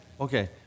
okay